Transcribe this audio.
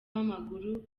w’amaguru